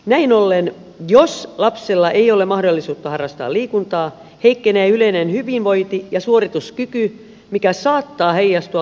näin ollen jos lapsella ei ole mahdollisuutta harrastaa liikuntaa heikkenee yleinen hyvinvointi ja suorituskyky mikä saattaa heijastua tulevaisuuden kehitykseen